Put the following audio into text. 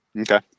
Okay